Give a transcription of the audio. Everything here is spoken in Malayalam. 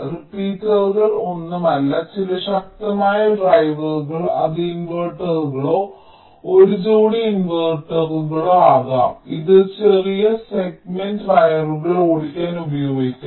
റിപ്പീറ്ററുകൾ ഒന്നുമല്ല ചില ശക്തമായ ഡ്രൈവറുകൾ അത് ഇൻവെർട്ടറുകളോ ഒരു ജോടി ഇൻവെർട്ടറുകളോ ആകാം ഇത് ചെറിയ സെഗ്മെന്റ് വയറുകൾ ഓടിക്കാൻ ഉപയോഗിക്കാം